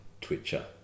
twitcher